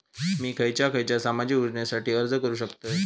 मी खयच्या खयच्या सामाजिक योजनेसाठी अर्ज करू शकतय?